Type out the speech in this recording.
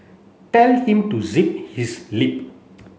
tell him to zip his lip